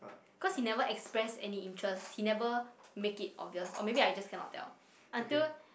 cause he never express any interest he never make it obvious or maybe I just cannot tell until